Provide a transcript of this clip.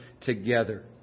together